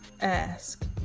ask